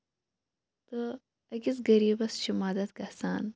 تہٕ أکِس غریَٖس چھِ مدتھ گژھان